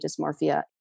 dysmorphia